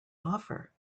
offer